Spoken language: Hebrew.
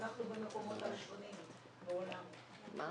אנחנו במקומות הראשונים בעולם.